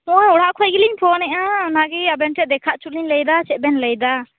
ᱱᱚᱜᱼᱚᱭ ᱚᱲᱟᱜ ᱠᱷᱚᱡ ᱜᱮᱞᱤᱧ ᱯᱷᱳᱱᱮᱜᱼᱟ ᱚᱱᱟᱜᱮ ᱟᱵᱮᱱ ᱴᱷᱮᱱ ᱫᱮᱠᱷᱟᱣ ᱦᱚᱪᱚᱞᱤᱧ ᱞᱮᱭᱫᱟ ᱪᱮᱫ ᱵᱮᱱ ᱞᱮᱭᱫᱟ